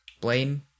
Blaine